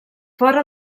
fora